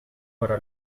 para